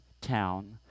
town